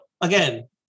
again